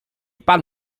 pan